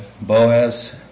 Boaz